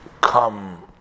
come